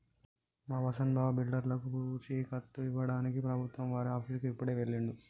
మా వసంత్ బావ బిడ్డర్లకి పూచీకత్తు ఇవ్వడానికి ప్రభుత్వం వారి ఆఫీసుకి ఇప్పుడే వెళ్ళిండు